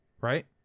Right